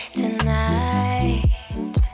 tonight